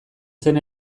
zen